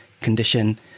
condition